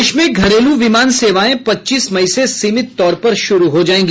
देश में घरेलू विमान सेवाएं पच्चीस मई से सीमित तौर पर शुरू हो जायेंगी